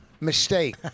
mistake